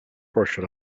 portion